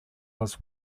was